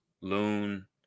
Loon